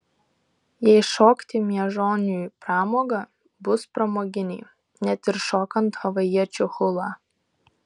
jei šokti miežoniui pramoga bus pramoginiai net ir šokant havajiečių hulą